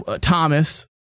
Thomas